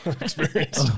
experience